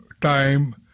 time